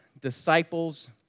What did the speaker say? disciples